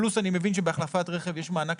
פלוס אני מבין שבהחלפת רכב יש מענק.